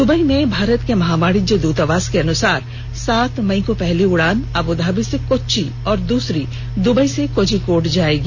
Dubai में भारत के महावाणिज्य दूतावास के अनुसार सात मई को पहली उड़ान अबूधाबी से कोच्चि और दूसरी दुबई से कोझीकोड जायेगी